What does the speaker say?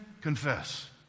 confess